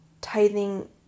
tithing